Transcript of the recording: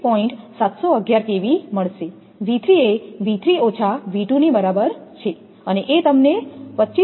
v3 એ V3 V2 ની બરાબર છે અને એ તમને 25